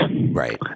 Right